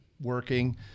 working